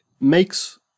makes